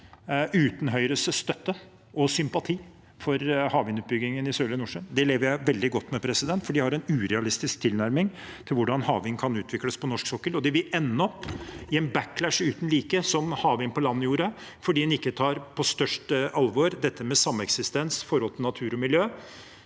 uten Høyres støtte til og sympati for havvindutbyggingen i Sørlige Nordsjø II. Det lever jeg veldig godt med, for de har en urealistisk tilnærming til hvordan havvind kan utvikles på norsk sokkel. De vil ende opp i en backlash uten like, som en gjorde med vind på land, fordi en ikke tar på største alvor dette med sameksistens og forhold til natur og miljø.